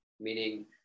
meaning